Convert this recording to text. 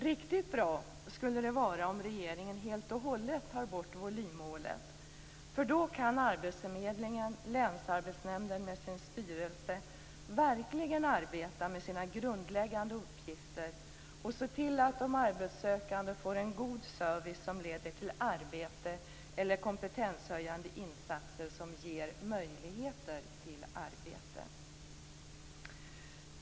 Riktigt bra skulle det vara om regeringen helt och hållet tog bort volymmålet. Då kunde arbetsförmedlingen och länsarbetsnämnden med sin styrelse verkligen arbeta med sina grundläggande uppgifter och se till att de arbetssökande får en god service som leder till arbete eller kompetenshöjande insatser som ger möjligheter till arbete.